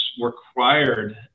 required